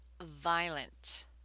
violent